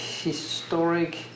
historic